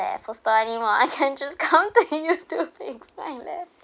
Apple store anymore I can just contact you do things like that